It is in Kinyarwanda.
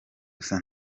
gusa